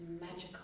magical